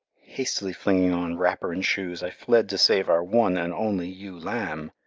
hastily flinging on wrapper and shoes i fled to save our one and only ewe lamb.